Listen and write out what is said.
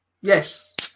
Yes